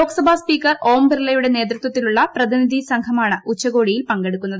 Lok Sabha speaker Om ബിർലയുടെ നേതൃത്വത്തിലുള്ള പ്രതിനിധി സംഘമാണ് ഉച്ചകോടിയിൽ പങ്കെടുക്കുന്നത്